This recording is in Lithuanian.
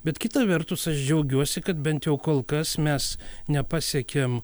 bet kita vertus aš džiaugiuosi kad bent jau kol kas mes nepasekėm